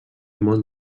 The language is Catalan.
molt